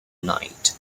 knight